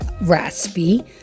raspy